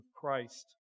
Christ